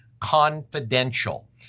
confidential